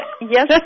Yes